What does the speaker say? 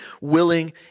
willing